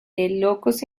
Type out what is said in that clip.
locos